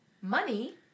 money